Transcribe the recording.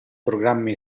programmi